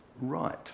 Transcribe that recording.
right